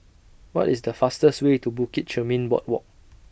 What IS The fastest Way to Bukit Chermin Boardwalk